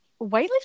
weightlifting